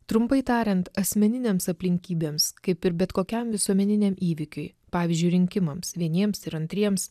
trumpai tariant asmeninėms aplinkybėms kaip ir bet kokiam visuomeniniam įvykiui pavyzdžiui rinkimams vieniems ir antriems